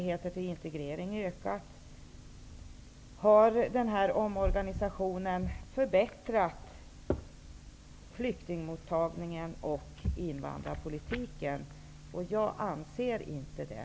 Har omorganisationen förbättrat flyktingmottagningen och invandrarpolitiken? Jag anser inte det.